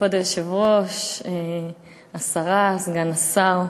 כבוד היושב-ראש, השרה, סגן השר,